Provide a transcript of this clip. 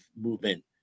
movement